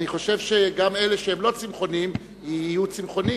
אני חושב שגם אלה שהם לא צמחונים יהיו צמחונים,